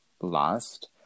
lost